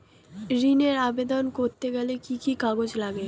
ঋণের আবেদন করতে গেলে কি কি কাগজ লাগে?